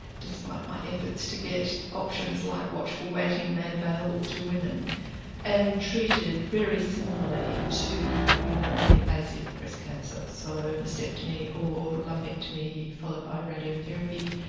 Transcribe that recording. despite my efforts to get options like watchful waiting made available to women and treated very similarly to women with invasive breast cancer. so mastectomy or lumpectomy, followed by radiotherapy.